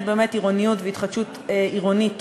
באמת עירוניות והתחדשות עירונית טובה.